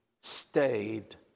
stayed